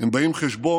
הם באים חשבון